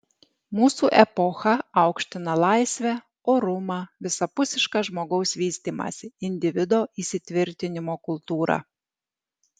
mūsų epocha aukština laisvę orumą visapusišką žmogaus vystymąsi individo įsitvirtinimo kultūrą